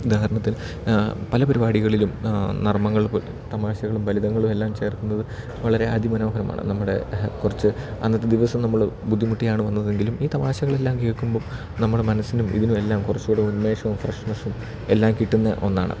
ഉദാഹരണത്തിൽ പല പരിപാടികളിലും നർമ്മങ്ങൾ പോല് തമാശകളും ഫലിതങ്ങളും എല്ലാം ചേർക്കുന്നത് വളരെ അതിമനോഹരമാണ് നമ്മുടെ കുറച്ച് അന്നത്തെ ദിവസം നമ്മൾ ബുദ്ധിമുട്ടിയാണ് വന്നത് എങ്കിലും ഈ തമാശകൾ എല്ലാം കേൾക്കുമ്പം നമ്മുടെ മനസ്സിനും ഇതിനും എല്ലാം കുറച്ചൂടെ ഉന്മേഷവും ഫ്രഷ്നസ്സും എല്ലാം കിട്ടുന്ന ഒന്നാണ്